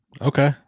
okay